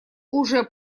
уже